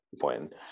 point